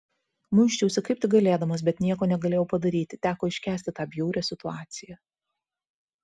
muisčiausi kaip tik galėdamas bet nieko negalėjau padaryti teko iškęsti tą bjaurią situaciją